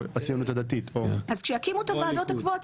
"הציונות הדתית" או "הליכוד"